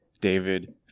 David